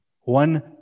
One